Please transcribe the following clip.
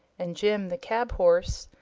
and jim the cab-horse,